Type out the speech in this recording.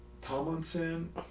Tomlinson